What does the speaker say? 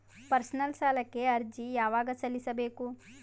Personal ಸಾಲಕ್ಕೆ ಅರ್ಜಿ ಯವಾಗ ಸಲ್ಲಿಸಬೇಕು?